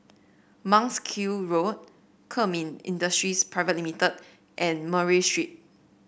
Monk's Hill Road Kemin Industries Pte Ltd and Murray Street